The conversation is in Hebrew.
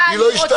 היא לא השתלחה.